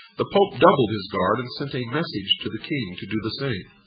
the pope doubled his guard and sent a message to the king to do the same,